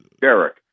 Derek